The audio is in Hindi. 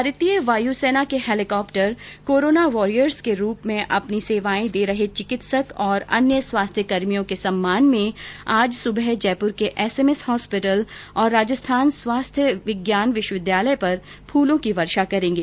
भारतीय वायुसेना के हैलीकाप्टर कोरोना वॉरियर्स के रूप में अपनी सेवाएं दे रहे चिकित्सक और अन्य स्वास्थ्यकर्मियों के सम्मान में आज सुबह जयपुर के एसएमएस हास्पिटल और राजस्थान स्वास्थ्य विज्ञान विश्वविद्यालय पर फूलों की वर्षा करेंगे